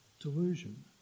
Delusion